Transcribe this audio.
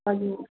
हजुर